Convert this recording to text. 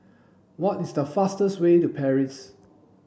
what is the fastest way to Paris